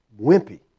wimpy